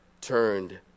turned